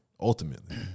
ultimately